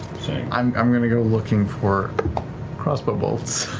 i'm i'm going to go looking for crossbow bolts.